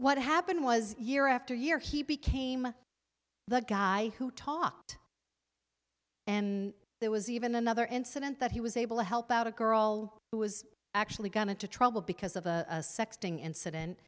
what happened was year after year he became the guy who taught and there was even another incident that he was able to help out a girl who was actually got into trouble because of a sexting incident